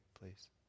please